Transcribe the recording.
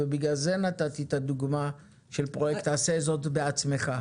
בגלל זה נתתי את הדוגמה של פרויקט "עשה זאת בעצמך",